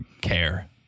care